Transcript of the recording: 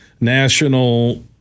national